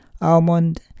almond